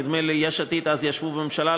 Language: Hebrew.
נדמה לי יש עתיד אז ישבו בממשלה,